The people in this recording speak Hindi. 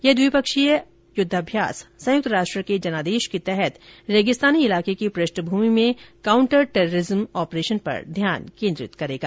यह द्विपक्षीय युद्धअभ्यास संयुक्त राष्ट्र के जनादेश के तहत रेगिस्तानी इलाके की पृष्ठभूमि में काउंटर टेररिज्म ऑपरेशन पर ध्यान केंद्रित करेगा